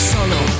Solo